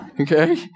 Okay